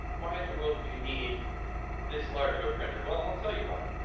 why in the world would you need this large of a printer? well, i'll tell you why.